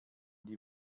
die